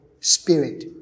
spirit